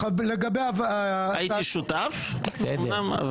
הייתי שותף אומנם,